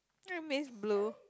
I miss blue